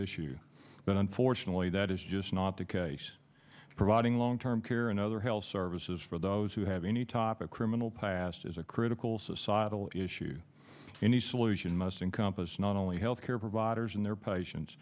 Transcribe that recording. issue but unfortunately that is just not the case providing long term care and other health services for those who have any topic criminal past as a critical societal issue any solution must in compass not only health care providers and their patients